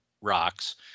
rocks